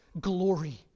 glory